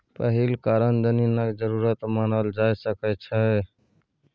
पहिल कारण जमीनक जरूरत मानल जा सकइ छै